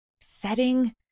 setting